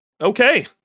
Okay